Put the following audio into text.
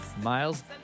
Miles